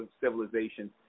civilization